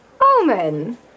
Omen